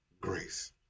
grace